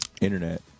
Internet